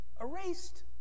erased